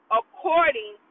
according